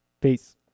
peace